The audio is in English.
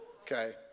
Okay